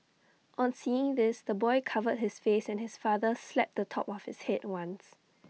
on seeing this the boy covered his face and his father slapped the top of his Head once